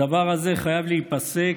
הדבר הזה חייב להיפסק,